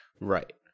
Right